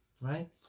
Right